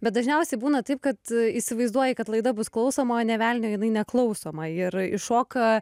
bet dažniausiai būna taip kad įsivaizduoji kad laida bus klausoma o nė velnio jinai neklausoma ir iššoka